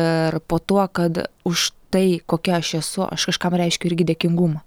ir po tuo kad už tai kokia aš esu aš kažkam reiškiu irgi dėkingumą